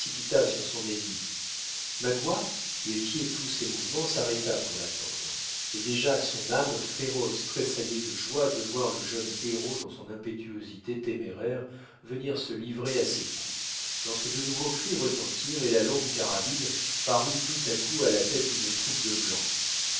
sur son ennemi magua qui épiait tous ses mouvements s'arrêta pour l'attendre et déjà son âme féroce tressaillait de joie de voir le jeune héros dans son impétuosité téméraire venir se livrer à ses coups lorsque de nouveaux cris retentirent et la longue carabine parut tout à coup à la tête d'une troupe de blancs